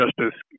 Justice